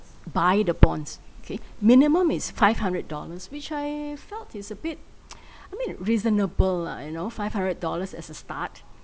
by the bonds okay minimum is five hundred dollars which I felt it's a bit I mean reasonable lah you know five hundred dollars as a start